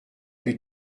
plus